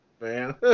man